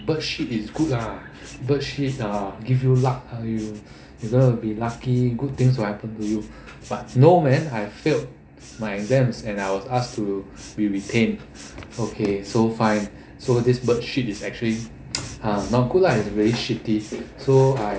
bird shit is good lah bird shit uh give you luck how you gonna be lucky good things will happen to you but no man I failed my exams and I was asked to be retained okay so fine so this bird shit is actually uh not good lah is really shitty so I